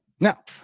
Now